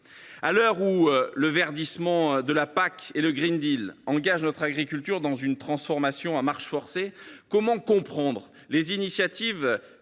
À l’heure où le verdissement de la politique agricole commune et le engagent notre agriculture dans une transition à marche forcée, comment comprendre les initiatives